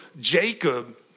Jacob